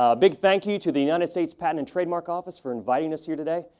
ah big thank you to the united states patent and trademark office for inviting us here today.